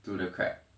to the crab